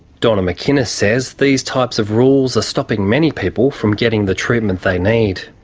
donna mckinnis says these types of rules are stopping many people from getting the treatment they need.